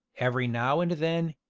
every now and then,